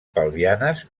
pelvianes